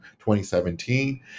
2017